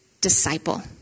disciple